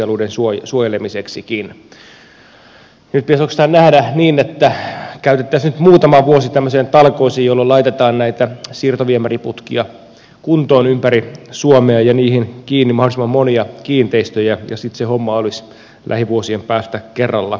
nyt pitäisi oikeastaan nähdä niin että käytettäisiin muutama vuosi tämmöisiin talkoisiin jolloin laitetaan näitä siirtoviemäriputkia kuntoon ympäri suomea ja niihin kiinni mahdollisimman monia kiinteistöjä ja sitten se homma olisi lähivuosien päästä kerralla kunnossa